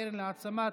הקרן להעצמת